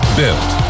built